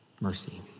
mercy